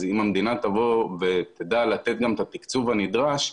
אם המדינה תבוא ותדע לתת גם את התקצוב הנדרש,